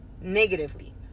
negatively